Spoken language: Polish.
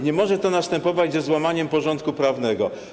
Nie może to następować ze złamaniem porządku prawnego.